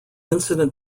incident